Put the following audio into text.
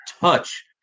touch